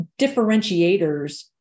differentiators